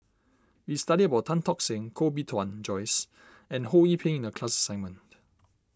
we studied about Tan Tock Seng Koh Bee Tuan Joyce and Ho Yee Ping in the class assignment